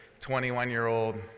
21-year-old